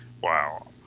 wow